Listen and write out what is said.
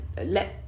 let